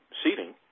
seating